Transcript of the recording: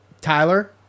Tyler